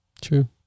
True